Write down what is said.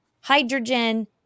hydrogen